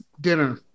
dinner